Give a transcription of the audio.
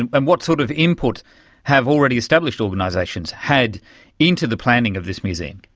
and and what sort of input have already established organisations had into the planning of this museum?